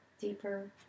deeper